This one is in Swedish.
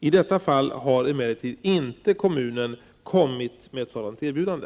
I detta fall har emellertid inte kommunen kommit med ett sådant erbjudande.